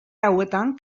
hauetan